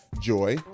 Joy